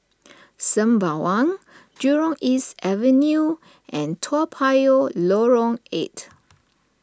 Sembawang Jurong East Avenue and Toa Payoh Lorong eight